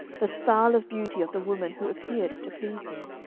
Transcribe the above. the style of beauty of the woman who appeared to please you.